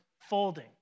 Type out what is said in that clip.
folding